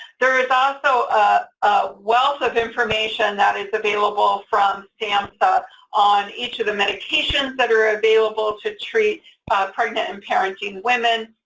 there is also a wealth of information that is available from samhsa on each of the medications that are available to treat pregnant and parenting women,